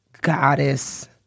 goddess